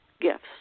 gifts